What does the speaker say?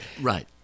Right